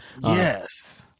Yes